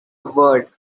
word